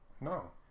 No